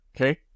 okay